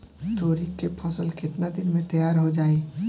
तोरी के फसल केतना दिन में तैयार हो जाई?